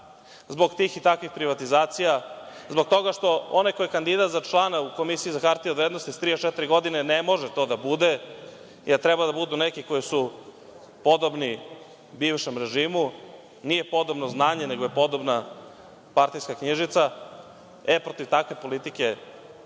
zbog tih i takvih privatizacija, zbog toga što onaj koji je kandidat za člana u Komisiji za hartije od vrednosti sa 34 godine ne može to da bude jer treba da budu neki koji su podobni bivšem režimu. Nije podobno znanje, nego je podobna partijska knjižica.E, protiv takve politike